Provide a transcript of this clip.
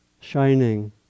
shining